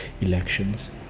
elections